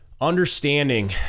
Understanding